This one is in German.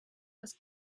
das